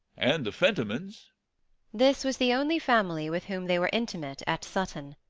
and the fentimans this was the only family with whom they were intimate at sutton.